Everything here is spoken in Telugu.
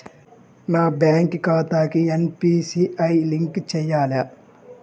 నా బ్యాంక్ ఖాతాకి ఎన్.పీ.సి.ఐ లింక్ చేయాలా?